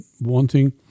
wanting